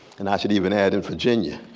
and i should even add, in virginia.